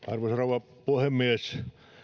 arvoisa rouva puhemies